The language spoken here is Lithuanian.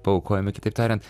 paaukojame kitaip tariant